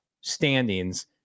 standings